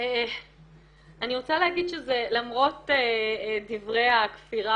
אני רוצה להגיד שלמרות דברי הכפירה